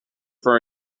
for